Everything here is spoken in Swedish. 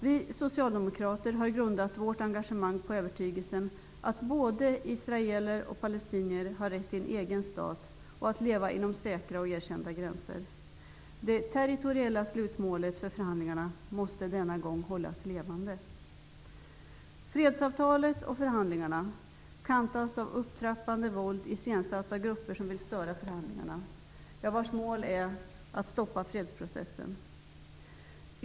Vi socialdemokrater har grundat vårt engagemang på övertygelsen att både israeler och palestinier har rätt till en egen stat och rätt att leva inom säkra och erkända gränser. Det territoriella slutmålet för förhandlingarna måste denna gång hållas levande. Fredsavtalet och förhandlingarna kantas av upptrappat våld iscensatt av grupper som vill störa förhandlingarna och vars mål det är att stoppa fredsprocessen.